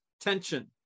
tension